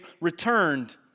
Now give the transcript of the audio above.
returned